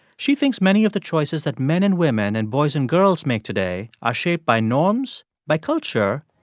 she thinks many of the choices that men and women and boys and girls make today are shaped by norms, by culture,